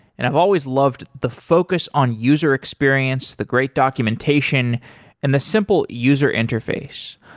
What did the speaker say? and i've always loved the focus on user experience, the great documentation and the simple user interface.